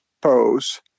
pose